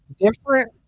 different